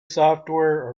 software